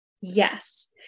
Yes